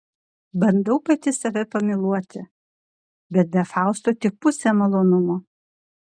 bandau pati save pamyluoti bet be fausto tik pusė malonumo